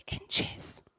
inches